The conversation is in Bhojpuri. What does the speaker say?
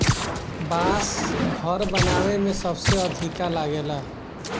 बांस घर बनावे में सबसे अधिका लागेला